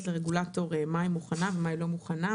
לרגולטור מה היא מוכנה ומה היא לא מוכנה,